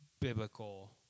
biblical